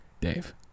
Dave